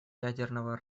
ядерного